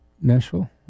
Nashville